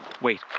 Wait